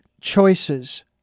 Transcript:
choices